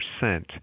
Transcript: percent